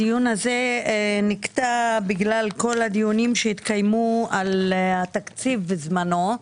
הדיון הזה נקטע בגלל כל הדיונים שהתקיימו על התקציב בזמנו.